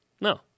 No